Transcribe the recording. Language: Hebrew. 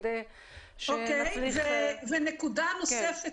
נקודה נוספת,